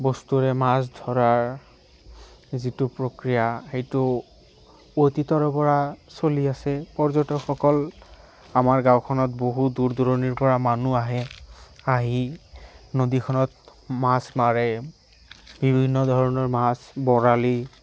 বস্তুৰে মাছ ধৰাৰ যিটো প্ৰক্ৰিয়া সেইটো অতীতৰ পৰা চলি আছে পৰ্যটকসকল আমাৰ গাঁওখনত বহুত দূৰ দূৰণিৰ পৰা মানুহ আহে আহি নদীখনত মাছ মাৰে বিভিন্ন ধৰণৰ মাছ বৰালি